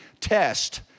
test